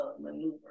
maneuver